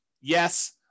Yes